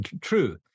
true